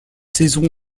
saison